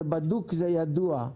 זה בדוק וזה ידוע.